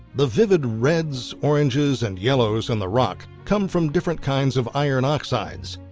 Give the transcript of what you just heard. the vivid reds, oranges, and yellows on the rock come from different kinds of iron oxides.